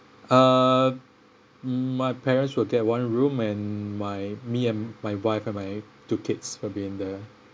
uh mm my parents will get one room and my me and my wife and my two kids will be in the